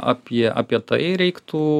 apie apie tai reiktų